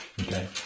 Okay